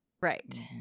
Right